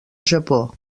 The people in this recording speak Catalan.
japó